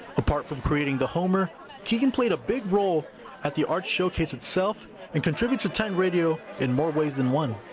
apart from creating the homer tegan played a big role at the art showcase itself and contributed to titan radio in more ways than one.